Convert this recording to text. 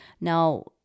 Now